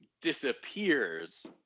disappears